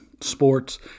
sports